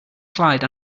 clyde